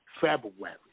February